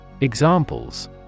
Examples